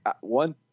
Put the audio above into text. one